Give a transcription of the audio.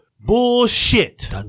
bullshit